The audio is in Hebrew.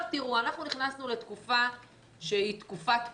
אנחנו נכנסנו לתקופת קורונה.